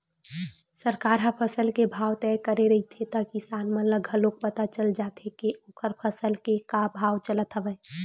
सरकार ह फसल के भाव तय करे रहिथे त किसान मन ल घलोक पता चल जाथे के ओखर फसल के का भाव चलत हवय